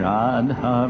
Radha